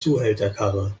zuhälterkarre